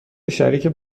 شریک